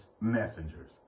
messengers